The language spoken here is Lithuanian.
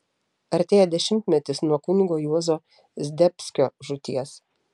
artėja dešimtmetis nuo kunigo juozo zdebskio žūties